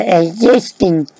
existing